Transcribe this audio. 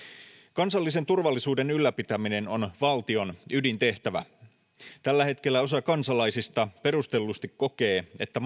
kansallisen turvallisuuden ylläpitäminen on valtion ydintehtävä tällä hetkellä osa kansalaisista perustellusti kokee että